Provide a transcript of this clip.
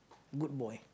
good boy